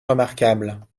remarquable